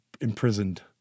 imprisoned